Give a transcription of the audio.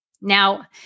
Now